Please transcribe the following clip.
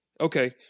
Okay